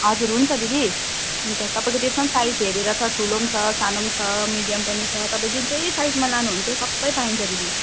हजुर हुन्छ दिदी हुन्छ तपाईँको त्यसमा पनि साइज हेरेर छ ठुलो पनि छ सानो पनि छ मिडियम पनि छ तपाईँ जुन चाहिँ साइजमा लानु हुन्छ सबै पाइन्छ दिदी